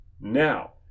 Now